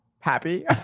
happy